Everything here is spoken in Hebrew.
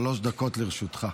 שלוש דקות לרשותך.